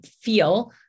feel